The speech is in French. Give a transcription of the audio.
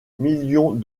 millions